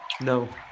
No